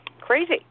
crazy